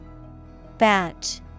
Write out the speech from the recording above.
Batch